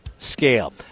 scale